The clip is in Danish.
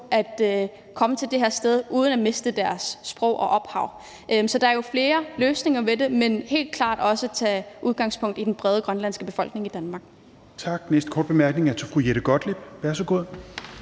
kan komme uden at miste deres sprog og ophav. Så der er jo flere løsninger på det, men det gælder helt klart også om at tage udgangspunkt i den brede grønlandske befolkning i Danmark.